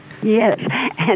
Yes